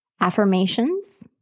affirmations